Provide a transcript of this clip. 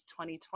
2020